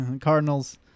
Cardinals